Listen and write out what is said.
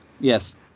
Yes